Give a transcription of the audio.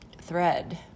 thread